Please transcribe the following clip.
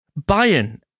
Bayern